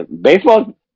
baseball